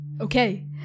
Okay